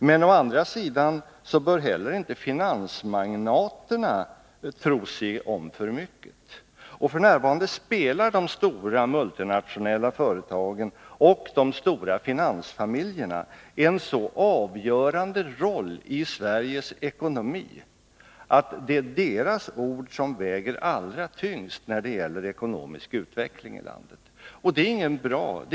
Men å andra sidan bör inte heller finansmagnaterna tro sig om för mycket. F. n. spelar de stora multinationella företagen och de stora finansfamiljerna en så avgörande roll i Sveriges ekonomi att det är deras ord som väger allra tyngst när det gäller ekonomisk utveckling i landet. Det är inget bra läge.